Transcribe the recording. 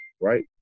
right